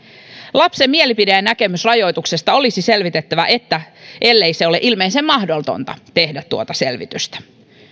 lapsen mielipide ja näkemys rajoituksesta olisi selvitettävä ellei tuota selvitystä ole ilmeisen mahdotonta tehdä